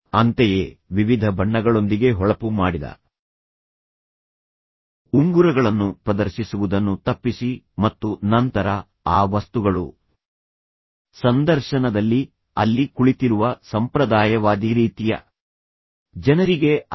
ಅಂತೆಯೇ ವಿವಿಧ ಬಣ್ಣಗಳೊಂದಿಗೆ ಹೊಳಪು ಮಾಡಿದ ಉಂಗುರಗಳನ್ನು ಪ್ರದರ್ಶಿಸುವುದನ್ನು ತಪ್ಪಿಸಿ ಮತ್ತು ನಂತರ ಆ ವಸ್ತುಗಳು ಸಂದರ್ಶನದಲ್ಲಿ ಅಲ್ಲಿ ಕುಳಿತಿರುವ ಸಂಪ್ರದಾಯವಾದಿ ರೀತಿಯ ಜನರಿಗೆ ಅಲ್ಲ